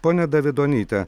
ponia davidonyte